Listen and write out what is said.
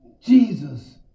Jesus